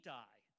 die